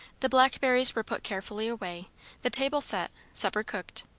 the blackberries were put carefully away the table set, supper cooked,